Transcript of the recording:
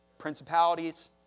principalities